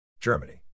Germany